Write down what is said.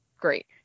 Great